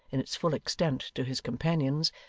in its full extent, to his companions,